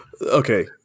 okay